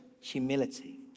humility